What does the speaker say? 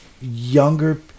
younger